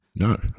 No